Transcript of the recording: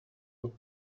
will